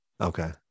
Okay